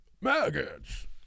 Maggots